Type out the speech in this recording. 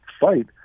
fight